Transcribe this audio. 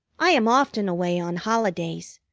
i am often away on holidays.